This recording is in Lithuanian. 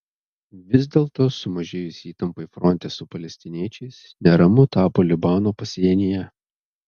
vis dėlto sumažėjus įtampai fronte su palestiniečiais neramu tapo libano pasienyje